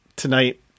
Tonight